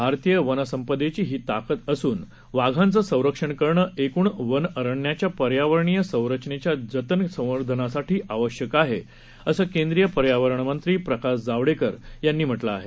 भारतीय वनसंपदेची ही ताकद असून वाघांचं संरक्षण करणं एकूण वनअरण्यांच्या पर्यावरणीय संरचनेच्या जतन संवर्धनासाठी आवश्यक आहे असं केंद्रीय पर्यावरण मंत्री प्रकाश जावडेकर यांनी म्हटलं आहे